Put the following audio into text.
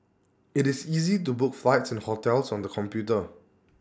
IT is easy to book flights and hotels on the computer